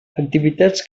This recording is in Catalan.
activitats